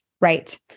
Right